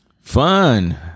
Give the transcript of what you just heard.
Fun